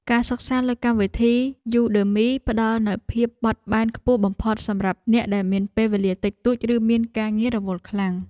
ការសិក្សាលើកម្មវិធីយូដឺមីផ្តល់នូវភាពបត់បែនខ្ពស់បំផុតសម្រាប់អ្នកដែលមានពេលវេលាតិចតួច ឬមានការងាររវល់ខ្លាំង។